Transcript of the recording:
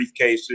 briefcases